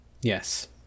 Yes